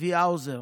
צבי האוזר,